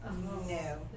No